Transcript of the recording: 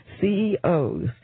CEOs